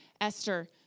Esther